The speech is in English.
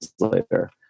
later